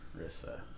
Rissa